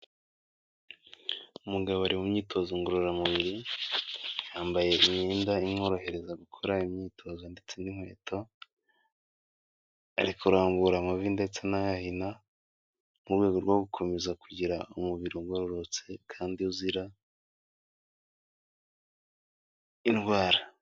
Umugabo ari mu myitozo ngororamubiri, yambaye imyenda imworohereza gukora imyitozo ndetse n'inkweto, ari kurambura amavi ndetse anayahina, mu rwego rwo gukomeza kugira umubiri ugororotse kandi uzira indwara.